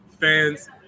fans